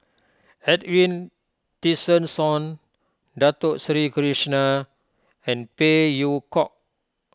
Edwin Tessensohn Dato Sri Krishna and Phey Yew Kok